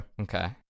Okay